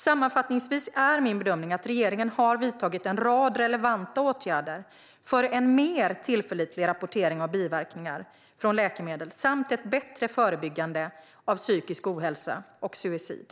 Sammanfattningsvis är min bedömning att regeringen har vidtagit en rad relevanta åtgärder för en mer tillförlitlig rapportering av biverkningar från läkemedel samt ett bättre förebyggande av psykisk ohälsa och suicid.